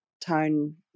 tone